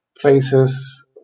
places